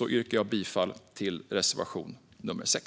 Jag yrkar bifall till reservation 6.